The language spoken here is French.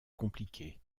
compliqué